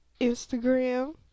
Instagram